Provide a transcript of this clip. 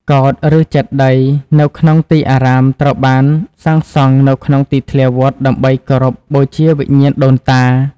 កោដ្ឋ ឬ ចេតិយ នៅក្នុងទីអារាមត្រូវបានសាងសង់នៅក្នុងទីធ្លាវត្តដើម្បីគោរពបូជាវិញ្ញាណដូនតា។